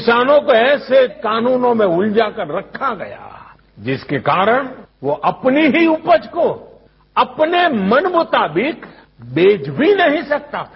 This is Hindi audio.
किसानों को ऐसे कानूनों में उलझाकर रखा गया है जिसके कारण वो अपनी ही उपज को अपने मनमुताबिक बेच भी नहीं सकता था